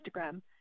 Instagram